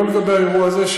לא לגבי האירוע הזה,